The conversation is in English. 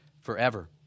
forever